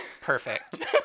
Perfect